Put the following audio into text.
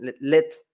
let